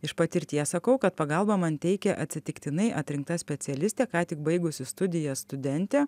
iš patirties sakau kad pagalbą man teikė atsitiktinai atrinkta specialistė ką tik baigusi studijas studentė